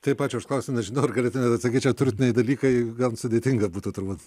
taip ačiū už klausi nežinau ar galėtumėm atsakyt čia turtiniai dalykai gan sudėtinga būtų turbūt